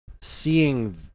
seeing